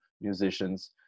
musicians